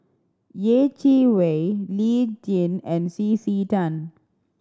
Yeh Chi Wei Lee Tjin and C C Tan